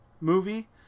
movie